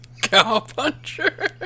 Cowpuncher